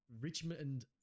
Richmond